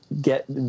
get